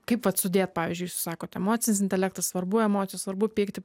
kaip vat sudėt pavyzdžiui jūs sakot emocinis intelektas svarbu emocijos svarbu pyktį